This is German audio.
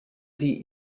sie